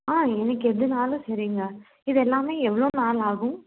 ஆ எனக்கு எதுனாலும் சரிங்க இது எல்லாமே எவ்வளோ நாள் ஆகும்